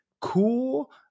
cool